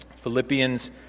Philippians